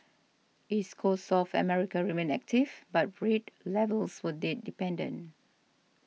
East Coast South America remained active but rate levels were date dependent